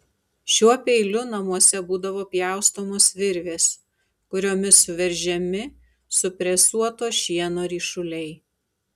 šiuo peiliu namuose būdavo pjaustomos virvės kuriomis suveržiami supresuoto šieno ryšuliai